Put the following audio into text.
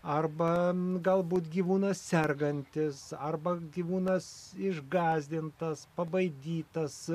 arba galbūt gyvūnas sergantis arba gyvūnas išgąsdintas pabaidytas